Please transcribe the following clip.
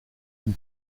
une